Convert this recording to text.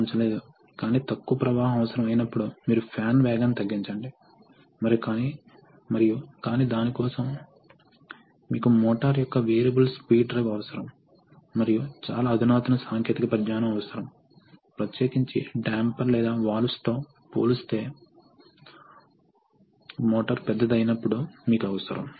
rotary కంప్రెషర్ల కొరకు మీకు వేన్ రకం తెలుసు ఇక్కడ మేము హైడ్రాలిక్స్ విషయంలో కూడా చూసినట్లుగా మేము వేన్ టైప్ పంపులను చూశాము ఇక్కడ ఒక క్యావిటీ లోపల ఉన్న వేన్ యొక్క రోటేషనల్ మోషన్ వేన్ లు కదిలినప్పుడు గాలి ఇన్లెట్ నుండి పీలుస్తుంది మరియు ఆ గాలి తిరిగి హై ప్రెషర్ వద్ద అవుట్లెట్ కు బదిలీ చేయబడుతుంది